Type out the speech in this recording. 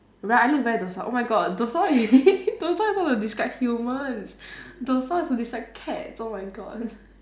right I look very docile oh my god docile is docile is not to describe humans docile is to describe cats oh my god